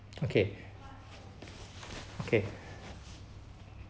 okay okay